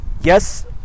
Yes